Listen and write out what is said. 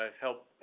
help